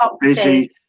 busy